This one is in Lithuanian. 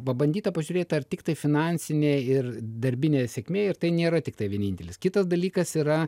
pabandyta pažiūrėti ar tiktai finansinė ir darbinė sėkmė ir tai nėra tiktai vienintelis kitas dalykas yra